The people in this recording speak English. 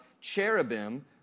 cherubim